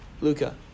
Luca